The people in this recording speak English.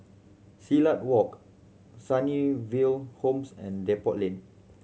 Silat Walk Sunnyville Homes and Depot Lane